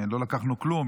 לא לקחנו כלום.